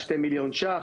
2 מיליון שקלים,